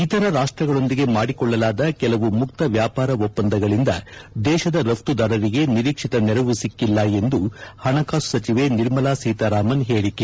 ಇತರ ರಾಷ್ಟ್ರಗಳೊಂದಿಗೆ ಮಾಡಿಕೊಳ್ಳಲಾದ ಕೆಲವು ಮುಕ್ತ ವ್ಯಾಪಾರ ಒಪ್ಪಂದಗಳಿಂದ ದೇಶದ ರಫ್ತುದಾರರಿಗೆ ನಿರೀಕ್ಷಿತ ನೆರವು ಸಿಕ್ಕಿಲ್ಲ ಎಂದು ಹಣಕಾಸು ಸಚಿವೆ ನಿರ್ಮಲಾ ಸೀತಾರಾಮನ್ ಹೇಳಿಕೆ